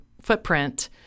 footprint